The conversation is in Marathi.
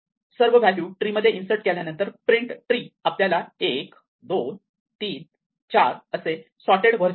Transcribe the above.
सर्व व्हॅल्यू ट्री मध्ये इन्सर्ट केल्यानंतर प्रिंट ट्री आपल्याला 1 2 3 4 असे सोर्टेड व्हर्जन देते